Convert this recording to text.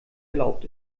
erlaubt